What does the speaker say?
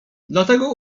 dlatego